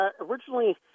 originally